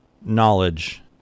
knowledge